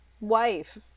wife